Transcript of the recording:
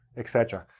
etc.